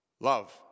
Love